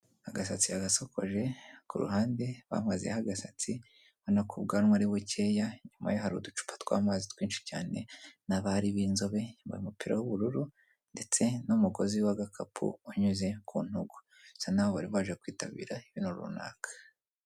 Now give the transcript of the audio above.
Agasatsi yagasokoje ku ruhande bamazeho agasatsi ubona ko ubwanwa ari bukeya, inyuma ye hari uducupa tw'amazi twinshi cyane n'abari b'inzobe bambaye umupira w'ubururu ndetse n'umugozi w'agakapu unyuze ku ntugu bisa n'aho bari baje kwitabira ibintu runaka.